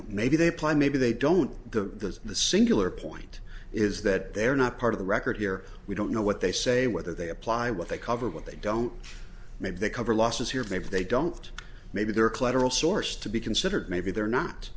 know maybe they apply maybe they don't the the singular point is that they're not part of the record here we don't know what they say whether they apply what they cover what they don't maybe they cover losses here maybe they don't maybe their collateral source to be considered maybe they're not